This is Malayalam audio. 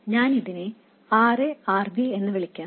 ഞാൻ ഇതിനെ Ra R b എന്ന് വിളിക്കാം